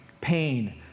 pain